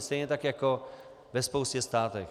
Stejně tak jako ve spoustě států.